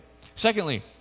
Secondly